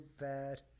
bad